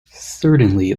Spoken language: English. certainly